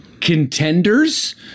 contenders